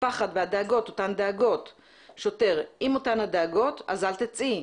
הפחד והדאגה אותן דאגות." שוטר: "אם אותן הדאגות אז אל תצאי.